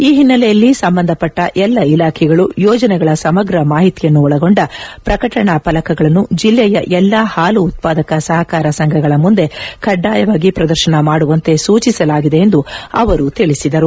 ಈ ಹಿನ್ನೆಲೆಯಲ್ಲಿ ಸಂಬಂಧಪಟ್ಟ ಎಲ್ಲಾ ಇಲಾಖೆಗಳು ಯೋಜನೆಗಳ ಸಮಗ್ರ ಮಾಹಿತಿಯನ್ನು ಒಳಗೊಂಡ ಪ್ರಕಟಣಾ ಫಲಕಗಳನ್ನು ಜಿಲ್ಲೆಯ ಎಲ್ಲಾ ಹಾಲು ಉತ್ಪಾದಕ ಸಹಕಾರ ಸಂಘಗಳ ಮುಂದೆ ಕಡ್ಡಾಯವಾಗಿ ಪ್ರದರ್ಶನ ಮಾಡುವಂತೆ ಸೂಚಿಸಲಾಗಿದೆ ಎಂದು ಅವರು ತಿಳಿಸಿದರು